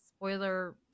spoiler